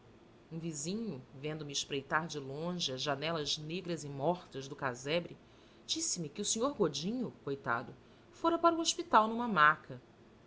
um vizinho vendo-me espreitar de longe as janelas negras e mortas do casebre disse-me que o senhor godinho coitado fora para o hospital numa maca